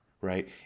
right